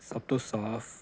ਸਭ ਤੋ ਸਾਫ਼